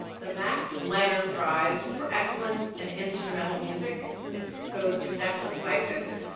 the max lanner prize for excellence in instrumental music goes to declan siefkas,